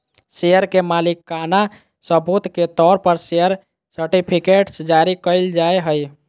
share के मालिकाना सबूत के तौर पर शेयर सर्टिफिकेट्स जारी कइल जाय हइ